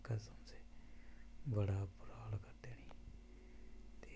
बड़ा